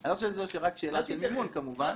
אני לא חושב שזאת רק שאלה של מימון כמובן.